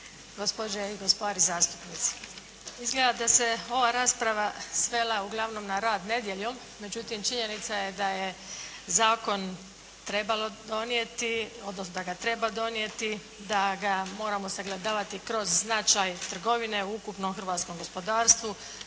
gospođe i gospari zastupnici. Izgleda da se ova rasprava svela uglavnom na rad nedjeljom, međutim činjenica je da je zakon trebalo donijeti, odnosno da ga treba donijeti, da ga moramo sagledavati kroz značaj trgovine u ukupnom hrvatskom gospodarstvu.